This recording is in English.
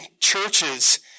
churches